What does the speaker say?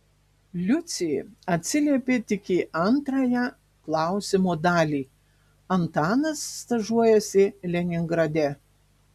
liucė atsiliepė tik į antrąją klausimo dalį antanas stažuojasi leningrade